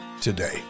today